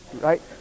right